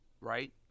right